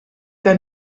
que